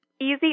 Easy